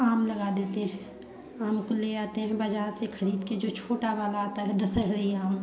आम लगा देते हैं आम को ले आते हैं बाजार से खरीद के जो छोटा वाला आता है दशहरी आम